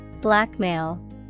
Blackmail